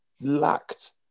lacked